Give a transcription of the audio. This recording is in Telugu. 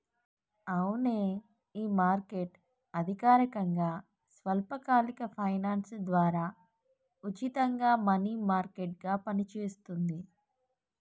అవునే ఈ మార్కెట్ అధికారకంగా స్వల్పకాలిక ఫైనాన్స్ ద్వారా ఉచితంగా మనీ మార్కెట్ గా పనిచేస్తుంది